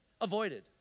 avoided